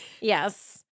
yes